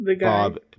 Bob